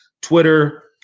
Twitter